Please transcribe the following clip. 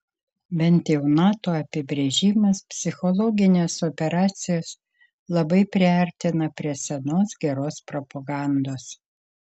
bent jau nato apibrėžimas psichologines operacijas labai priartina prie senos geros propagandos